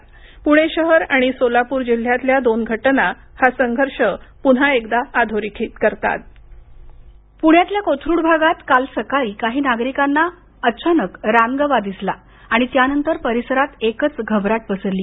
प्णे शहर आणि सोलापूर जिल्ह्यातल्या दोन घटना हा संघर्ष पून्हा एकदा अधोरेखित करतात पुण्यातील कोथरुड भागात काल सकाळी अचानक काही नागरिकांना गव्याचं पहिल्यादा दर्शन झालं आणि त्यानंतर परिसरात एकाच घबराट पसरली